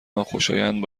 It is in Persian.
ناخوشایند